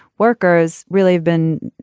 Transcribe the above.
workers really have been,